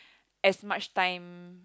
as much time